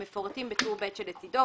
המפורטים בטור ב שלצדו,